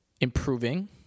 improving